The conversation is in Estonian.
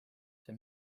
see